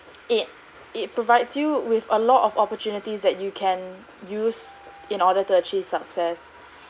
it it provides you with a lot of opportunities that you can use in order to achieve success